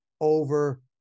over